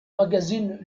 magazine